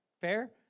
Fair